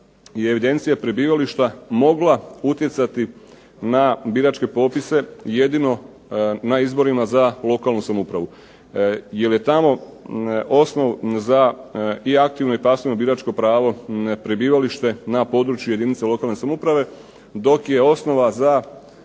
je evidencija prebivališta mogla utjecati na biračke popise, jedino na izborima za lokalnu samoupravu, jer je tamo osnov za i aktivno i pasivno biračko pravo prebivalište na području jedinica lokalne samouprave, dok je osnova za